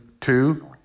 two